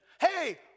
Hey